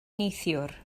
neithiwr